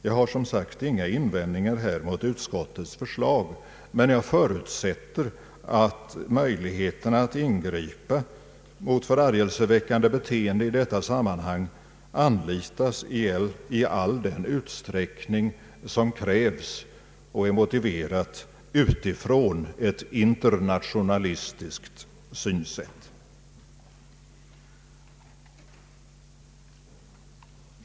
Jag har som sagt inga invändningar mot utskottets förslag, men jag förutsätter att möjligheten att ingripa mot förargelseväckande beteende i detta sammanhang anlitas i all den utsträckning som krävs och är motiverad utifrån ett internationalistiskt synsätt.